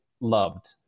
loved